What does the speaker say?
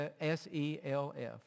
S-E-L-F